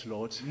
Lord